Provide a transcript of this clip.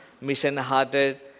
mission-hearted